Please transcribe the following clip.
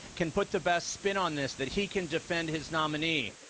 can put the best spin on this, that he can defend his nominee.